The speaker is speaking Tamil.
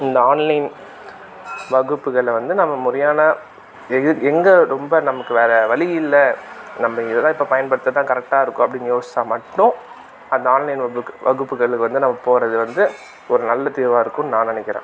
இந்த ஆன்லைன் வகுப்புகளை வந்து நாம முறையான எங்கே ரொம்ப நமக்கு வேற வழியில்ல நம்ம இதை தான் இப்போ பயன்படுத்துறது தான் கரெட்டாக இருக்கும் அப்படின்னு யோசிச்சால் மட்டும் அந்த ஆன்லைன் வகுப்பு வகுப்புகளுக்கு வந்து நம்ம போகிறது வந்து ஒரு நல்ல தீர்வாக இருக்கும்ன்னு நான் நினைக்கிறேன்